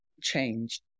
change